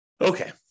Okay